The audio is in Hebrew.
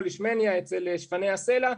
כמו לישמניה אצל שפני הסלע.